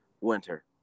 winter